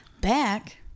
back